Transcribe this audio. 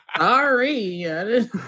Sorry